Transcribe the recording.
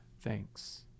thanks